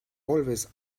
always